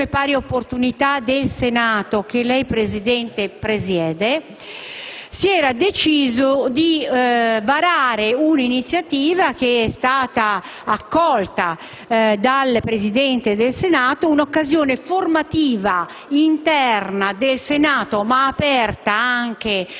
Commissione pari opportunità del Senato che lei, signora Presidente, presiede, si era deciso di varare un'iniziativa che è stata accolta dal Presidente del Senato, cioè un'occasione formativa interna del Senato, ma aperta anche